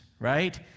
right